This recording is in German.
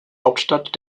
hauptstadt